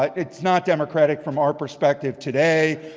it's not democratic from our perspective today.